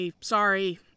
Sorry